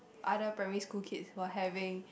other primary school kids were having